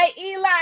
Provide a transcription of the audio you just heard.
Eli